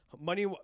Money